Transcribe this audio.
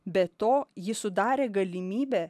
be to jis sudarė galimybę